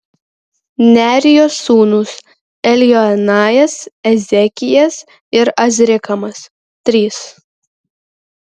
nearijos sūnūs eljoenajas ezekijas ir azrikamas trys